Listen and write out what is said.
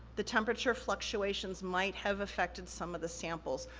the temperature fluctuations might have affected some of the samples,